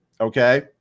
okay